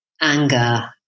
anger